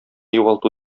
югалту